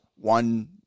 One